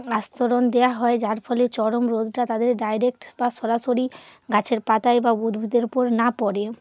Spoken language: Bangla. আস্তরণ দেওয়া হয় যার ফলে চরম রোদটা তাদের ডাইরেক্ট বা সরাসরি গাছের পাতায় বা উদ্ভিদের উপর না পড়ে